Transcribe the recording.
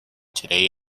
today